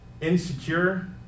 insecure